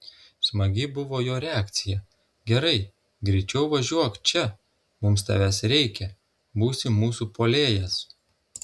smagi buvo jo reakcija gerai greičiau važiuok čia mums tavęs reikia būsi mūsų puolėjas